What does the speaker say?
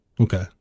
Okay